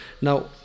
Now